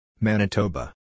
Manitoba